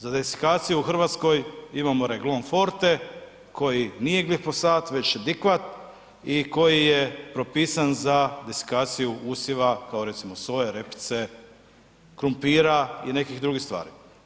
Za desikaciju u Hrvatskoj imamo Reglone forte koji nije glifosat već je dikvat i koji je propisan da desikaciju usjeva kao recimo soje, repice, krumpira i nekih drugih stvari.